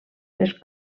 les